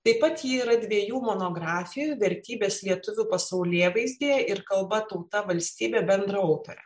taip pat ji yra dviejų monografijų vertybės lietuvių pasaulėvaizdį ir kalba tauta valstybė bendraautorė